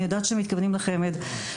אני יודעת שמתכוונים לחמ"ד,